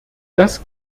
das